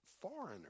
foreigner